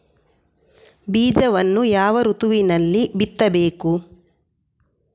ಬೀಜವನ್ನು ಯಾವ ಋತುವಿನಲ್ಲಿ ಬಿತ್ತಬೇಕು?